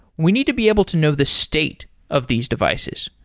we need to be able to know the state of these devices.